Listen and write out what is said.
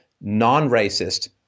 non-racist